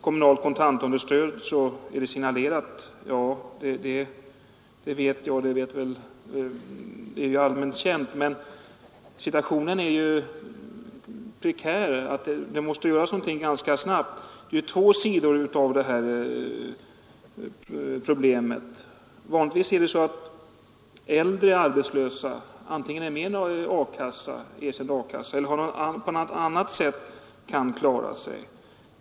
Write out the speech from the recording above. Kommunalt kontantunderstöd är signalerat. Ja, det vet jag, och det är väl allmänt känt. Men situationen är prekär. Någonting måste göras ganska snabbt. Problemet har två sidor. Äldre arbetslösa är antingen med i någon erkänd A-kassa eller kan klara sig på annat sätt.